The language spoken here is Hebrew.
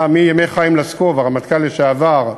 מימי חיים לסקוב, הרמטכ"ל לשעבר,